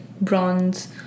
bronze